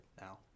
now